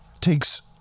Takes